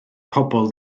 pobl